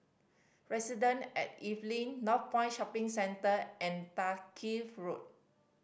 Residence at Evelyn Northpoint Shopping Centre and Dalkeith Road